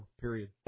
period